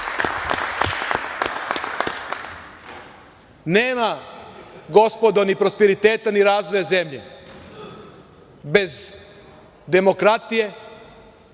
gospodo, ni prosperiteta ni razvoja zemlje bez demokratije